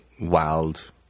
wild